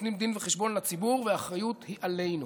נותנים דין וחשבון לציבור והאחריות היא עלינו.